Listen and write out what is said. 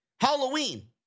Halloween